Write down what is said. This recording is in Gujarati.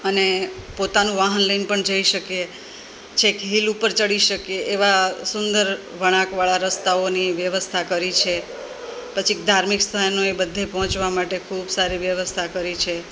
અને પોતાનું વાહન લઈ ને પણ જઈ શકીએ છેક હિલ ઉપર ચડી શકીએ એવાં સુંદર વળાંકવાળા રસ્તાઓની વ્યવસ્થા કરી છે પછી ધાર્મિક સ્થાનોએ બધે પહોંચવાં માટે ખૂબ સારી વ્યવસ્થા કરી છે